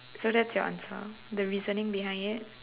so that's your answer the reasoning behind it